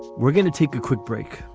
we're going to take a quick break,